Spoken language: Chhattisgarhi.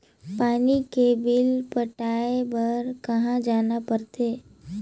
पानी के बिल पटाय बार कहा जाना पड़थे?